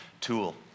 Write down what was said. tool